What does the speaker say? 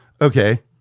Okay